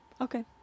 Okay